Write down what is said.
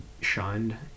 shunned